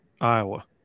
Iowa